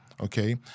Okay